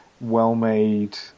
well-made